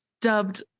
dubbed